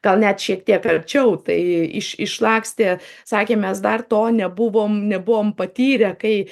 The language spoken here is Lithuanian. gal net šiek tiek arčiau tai iš išlakstė sakė mes dar to nebuvom nebuvom patyrę kai